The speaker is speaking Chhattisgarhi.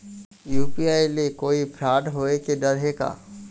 यू.पी.आई ले कोई फ्रॉड होए के डर हे का?